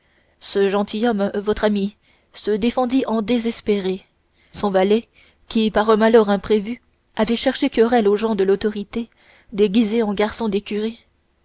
ce gentilhomme votre ami se défendit en désespéré son valet qui par un malheur imprévu avait cherché querelle aux gens de l'autorité déguisés en garçons d'écurie